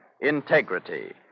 integrity